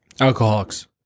Alcoholics